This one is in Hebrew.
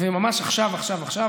וממש עכשיו עכשיו עכשיו,